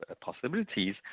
possibilities